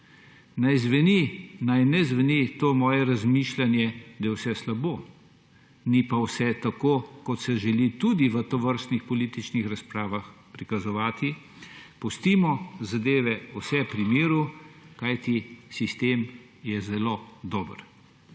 Naj ne zveni to moje razmišljanje, da je vse slabo. Ni pa vse tako, kot se želi tudi v tovrstnih političnih razpravah prikazovati, češ, pustimo zadeve vse pri miru, kajti sistem je zelo dober.